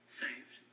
saved